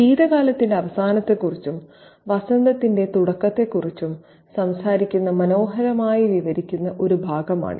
ശീതകാലത്തിന്റെ അവസാനത്തെക്കുറിച്ചും വസന്തത്തിന്റെ തുടക്കത്തെക്കുറിച്ചും സംസാരിക്കുന്ന മനോഹരമായി വിവരിക്കുന്ന ഭാഗമാണിത്